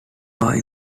are